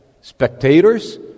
spectators